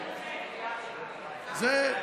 אנחנו,